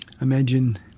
Imagine